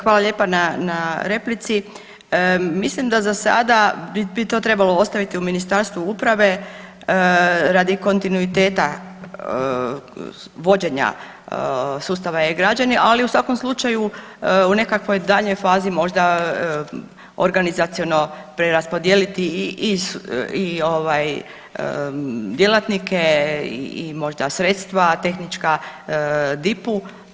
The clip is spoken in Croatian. Hvala lijepa na, na replici, mislim da za sada bi to trebalo ostaviti u Ministarstvu uprave radi kontinuiteta vođenja sustava e-građani, ali u svakom slučaju u nekakvoj daljnjoj fazi možda organizaciono preraspodijeliti i ovaj djelatnike i možda sredstva tehnička DIP-u.